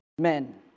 men